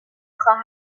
خواهر